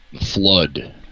flood